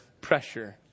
pressure